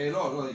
לא הייתי.